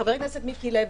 חבר הכנסת מיקי לוי,